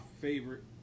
favorite